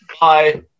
Bye